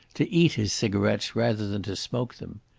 to eat his cigarettes rather than to smoke them.